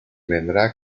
vendrá